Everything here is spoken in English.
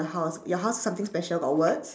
the house your house something special got words